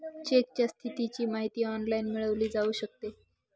चेकच्या स्थितीची माहिती ऑनलाइन मिळवली जाऊ शकते